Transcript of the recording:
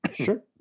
Sure